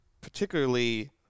particularly